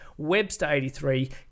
Webster83